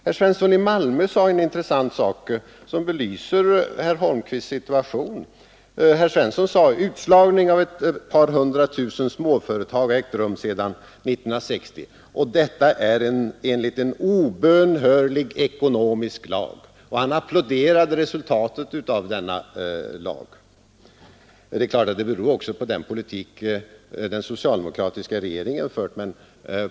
Herr Svensson i Malmö sade en intressant sak som belyser herr Holmqvists situation, nämligen att utslagning av ett par hundra tusen småföretagare har ägt rum sedan 1960 enligt en obönhörlig ekonomisk lag. Han applåderade resultatet av denna lag. Det är klart att detta bl.a. beror på den politik som den socialdemokratiska regeringen fört.